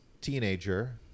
teenager